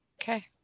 Okay